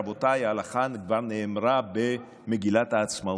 רבותיי, ההלכה כבר נאמרה במגילת העצמאות,